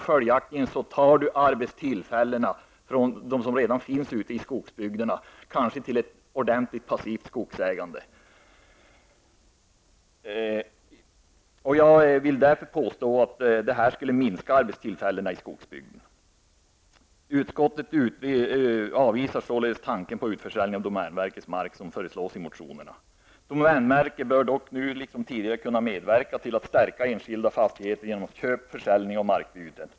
Följaktligen tas arbetstillfällena från dem som redan finns ute i skogsbygderna, kanske till ett ordentligt passivt skogsägande. Jag vill därför påstå att detta skulle minska arbetstillfällena i skogsbygden. Utskottet avvisar således tanken på utförsäljning av domänverkets mark, som föreslås i motionerna. Domänverket bör dock nu liksom tidigare kunna medverka till att förstärka enskilda fastigheter genom köp, försäljning och markbyte.